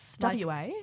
WA